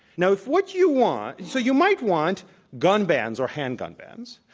now, if what you want so you might want gun bans or handgun bans,